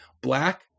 black